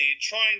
trying